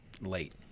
late